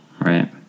Right